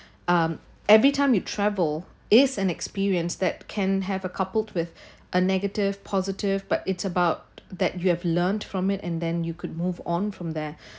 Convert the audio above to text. um every time you travel is an experience that can have a coupled with a negative positive but it's about that you have learnt from it and then you could move on from there